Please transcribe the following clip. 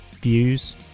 Views